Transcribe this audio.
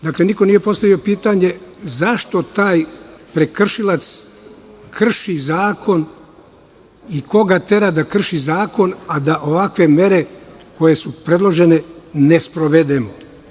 Dakle, niko nije postavio pitanje zašto taj prekršilac krši zakon i koga tera da krši zakon, a da ovakve mere koje su predložene ne sprovedemo?